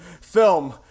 film